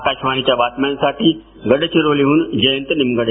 आकाशवाणी बातम्यांसाठी गडचिरोली जयंत निमगडे